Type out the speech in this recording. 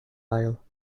aisle